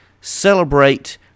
celebrate